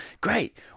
great